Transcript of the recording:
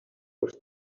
closed